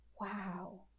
wow